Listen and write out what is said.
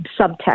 subtext